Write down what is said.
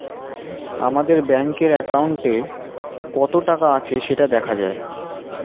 আমাদের ব্যাঙ্কের অ্যাকাউন্টে কত টাকা আছে সেটা দেখা যায়